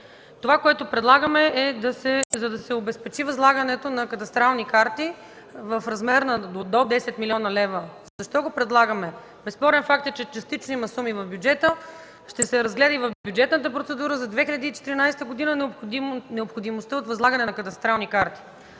Това, което предлагаме, е да се обезпечи възлагането на кадастрални карти в размер на до 10 милиона лева. Защо го предлагаме? Безспорен факт е, че има частични суми в бюджета, ще се разгледа и в бюджетната процедура за 2014 г. необходимостта от възлагане на кадастрални карти,